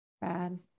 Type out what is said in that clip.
bad